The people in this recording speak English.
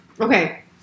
okay